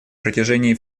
протяжении